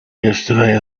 yesterday